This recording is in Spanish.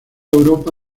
europa